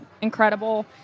incredible